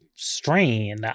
strain